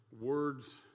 words